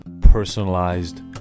personalized